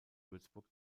würzburg